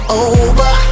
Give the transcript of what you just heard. over